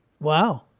Wow